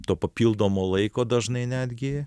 to papildomo laiko dažnai netgi